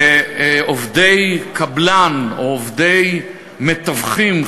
העסקת עובדי קבלן או עובדי מתווכים,